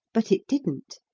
but it didn't.